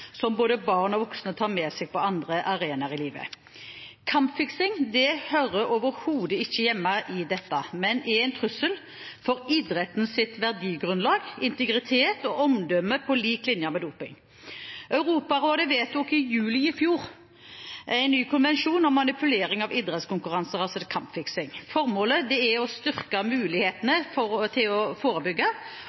som både barn og voksne tar med seg på andre arenaer i livet. Kampfiksing hører overhodet ikke hjemme i dette, men er en trussel mot idrettens verdigrunnlag, integritet og omdømme, på lik linje med doping. Europarådet vedtok i juli i fjor en ny konvensjon om manipulering av idrettskonkurranser – kampfiksing. Formålet er å styrke mulighetene for å